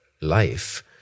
life